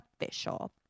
official